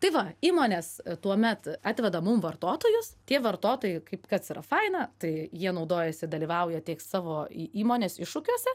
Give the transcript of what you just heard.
tai va įmonės tuomet atveda mum vartotojus tie vartotojai kaip kas yra faina tai jie naudojasi dalyvauja tiek savo į įmonės iššūkiuose